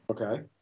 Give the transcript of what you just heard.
Okay